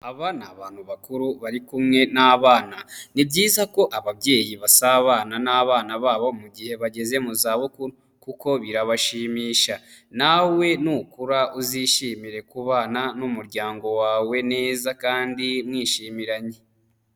Aba ni abantu bakuru bari kumwe n'abana, ni byiza ko ababyeyi basabana n'abana babo mu gihe bageze mu zabukuru kuko birabashimisha, nawe nukura uzishimire kubana n'umuryango wawe neza kandi mwishimiranye.